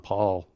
Paul